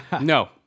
No